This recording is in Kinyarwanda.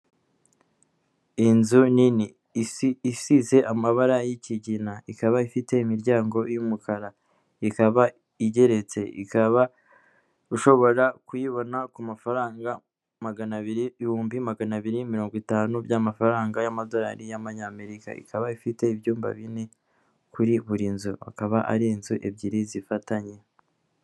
Inzu nini isize amabara y'ikigina, ikaba ifite imiryango y'umukara, ikaba igeretse, ikaba ushobora kuyibona ku mafaranga ibihumbi magana abiri mirongo itanu by'amafaranga y'amadorari y'amanyamerika, ikaba ifite ibyumba bine kuri buri nzu, akaba ari inzu ebyiri zifatanye.